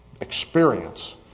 experience